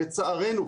לצערנו,